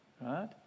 right